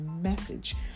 message